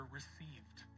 received